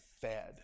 fed